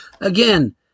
Again